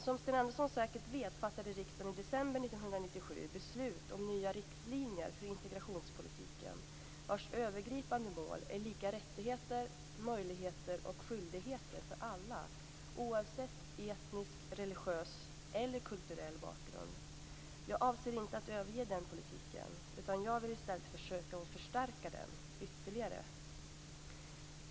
Som Sten Andersson säkert vet fattade riksdagen i december 1997 beslut om nya riktlinjer för integrationspolitiken vars övergripande mål är lika rättigheter, möjligheter och skyldigheter för alla oavsett etnisk, religiös eller kulturell bakgrund. Jag avser inte att överge den politiken, utan jag vill i stället försöka förstärka den ytterligare.